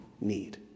need